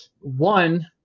one